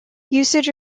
usage